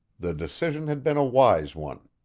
the decision had been a wise one